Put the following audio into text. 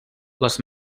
les